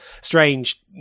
strange